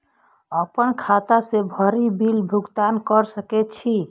आपन खाता से भी बिल भुगतान कर सके छी?